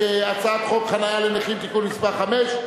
חוק חנייה לנכים (תיקון מס' 5),